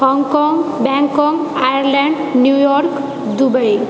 Hong Kong Bangkok Ireland New York Dubai